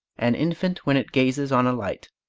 an infant when it gazes on a light,